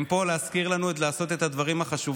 הן פה כדי להזכיר לנו לעשות את הדברים החשובים.